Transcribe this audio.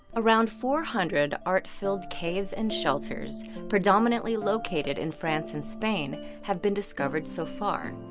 around four hundred art-filled caves and shelters predominately located in france and spain have been discovered so far.